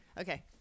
Okay